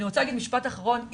משפט אחרון,